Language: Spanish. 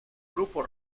grupo